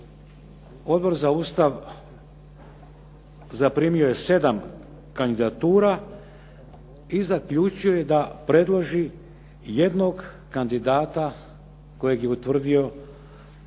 Odbor za Ustav zaprimio je sedam kandidatura i zaključuje da predloži jednog kandidata kojeg je utvrdio